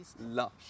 Lush